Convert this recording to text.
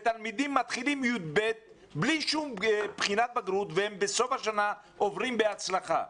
תלמידים מתחילים י"ב בלי שום בחינת בגרות ובסוף השנה הם עוברים בהצלחה.